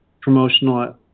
promotional